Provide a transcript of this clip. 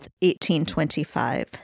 1825